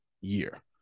year